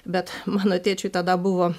bet mano tėčiui tada buvo